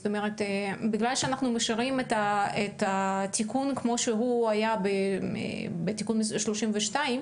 בגלל שאנחנו משאירים את התיקון כמו שהוא היה בתיקון מספר 32,